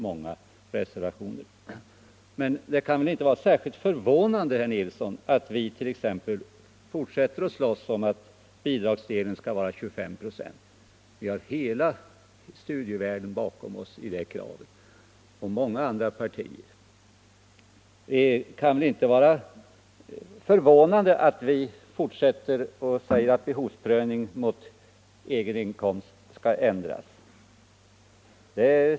Men det kan väl inte vara särskilt förvånande att vi fortsätter att slåss för att bidragsdelen skall vara 25 96. Vi har hela studievärlden och många andra partier bakom oss i det kravet. Det kan väl heller inte vara förvånande att vi fortsätter att driva kravet att behovsprövningen mot egen inkomst skall ändras.